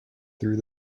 through